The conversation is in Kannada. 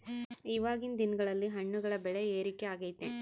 ಇವಾಗಿನ್ ದಿನಗಳಲ್ಲಿ ಹಣ್ಣುಗಳ ಬೆಳೆ ಏರಿಕೆ ಆಗೈತೆ